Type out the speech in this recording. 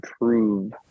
prove